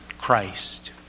Christ